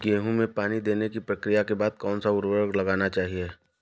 गेहूँ में पानी देने की प्रक्रिया के बाद कौन सा उर्वरक लगाना चाहिए?